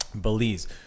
Belize